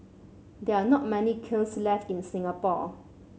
there are not many kilns left in Singapore